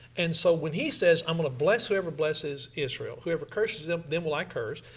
and so when he says i am going to bless whoever blesses israel, whoever curses them, them will i curse.